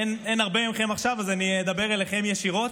אין הרבה מכם עכשיו, אז אני אדבר אליכם ישירות.